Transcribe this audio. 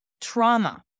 trauma